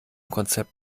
konzept